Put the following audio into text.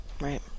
right